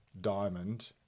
diamond